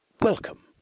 Welcome